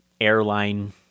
airline